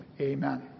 amen